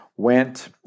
went